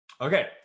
okay